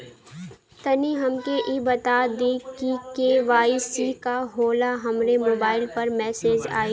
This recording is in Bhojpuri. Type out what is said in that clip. तनि हमके इ बता दीं की के.वाइ.सी का होला हमरे मोबाइल पर मैसेज आई?